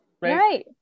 right